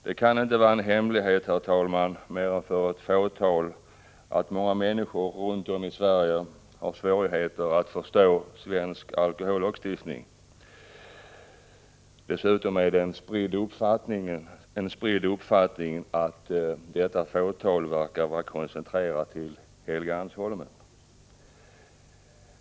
Det kan inte vara en hemlighet, herr talman, mer än för ett fåtal att många människor i Sverige har svårigheter att förstå svensk alkohollagstiftning. Dessutom är det en spridd uppfattning att detta fåtal verkar vara koncentrerat till Helgeandsholmen.